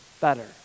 better